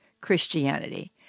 Christianity